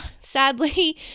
sadly